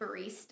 barista